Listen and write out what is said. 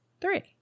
Three